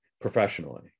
professionally